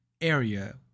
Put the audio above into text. area